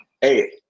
Hey